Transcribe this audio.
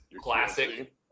classic